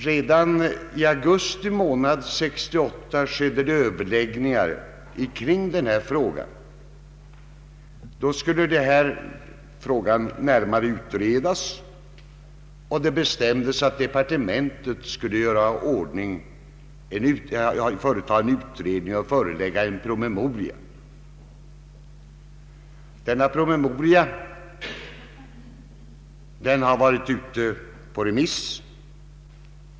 Redan i augusti 1968 skedde överläggningar kring denna fråga; den skulle närmare utredas, och det bestämdes att departementet skulle företa en utredning och framlägga en promemoria. Denna promemoria har varit ute på remiss.